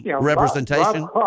representation